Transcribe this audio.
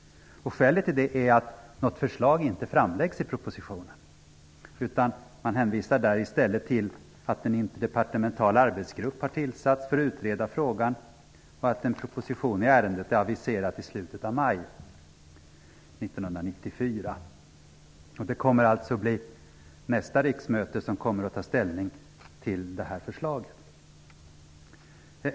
Skälet till detta är att något förslag inte framläggs i propositionen. Man hänvisar där i stället till att en interdepartemental arbetsgrupp har tillsatts för att utreda frågan och att en proposition i ärendet är aviserad till slutet av maj 1994. Det kommer alltså att bli nästa riksmöte som får ta ställning till det här förslaget.